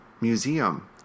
museum